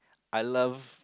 I love